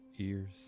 ears